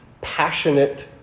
passionate